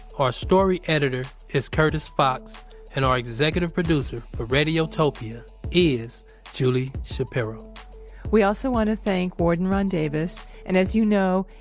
our story editor is curtis fox and our executive producer for radiotopia is julie shapiro we also want to thank warden ron davis and, as you know,